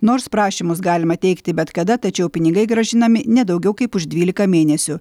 nors prašymus galima teikti bet kada tačiau pinigai grąžinami ne daugiau kaip už dvylika mėnesių